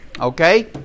Okay